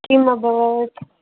किम् अभवत्